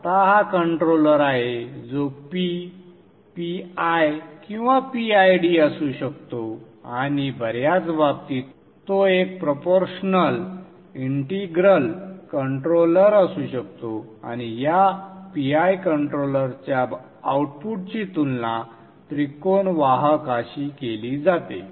आता हा कंट्रोलर आहे जो P PI किंवा PID असू शकतो आणि बर्याच बाबतीत तो एक प्रोपोरशनल इंटिग्रल कंट्रोलर असू शकतो आणि या PI कंट्रोलरच्या आउटपुटची तुलना त्रिकोण वाहकाशी केली जाते